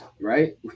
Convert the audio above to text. Right